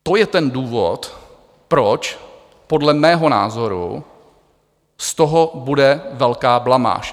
To je ten důvod, proč podle mého názoru z toho bude velká blamáž.